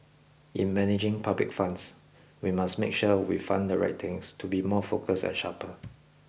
in managing public funds we must make sure we fund the right things to be more focused and sharper